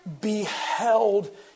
beheld